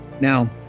Now